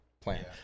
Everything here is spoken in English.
plan